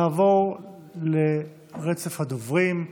נעבור לרצף הדוברים.